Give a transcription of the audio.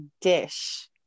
dish